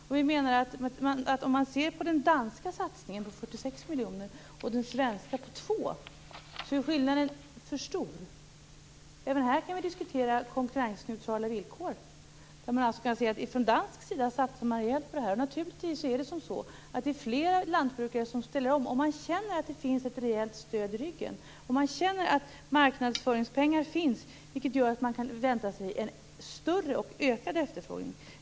Det är för stor skillnad mellan den danska satsningen på 46 miljoner kronor och den svenska på 2 miljoner kronor. Även här kan vi diskutera konkurrensneutrala villkor. Från dansk sida satsar man alltså rejält på detta. Det blir naturligtvis fler lantbrukare som ställer om när de känner att de har ett rejält stöd i ryggen och känner att det finns marknadsföringspengar. Det gör att de kan vänta sig en ökad efterfrågan.